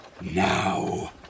Now